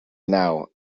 now